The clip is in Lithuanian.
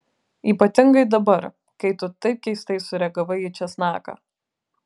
ypatingai dabar kai tu taip keistai sureagavai į česnaką